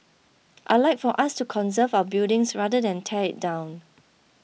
I'd like for us to conserve our buildings rather than tear it down